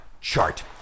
chart